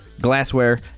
glassware